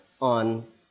on